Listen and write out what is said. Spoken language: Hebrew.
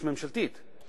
ממשלתית.